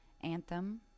Anthem